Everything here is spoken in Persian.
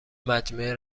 مجموعه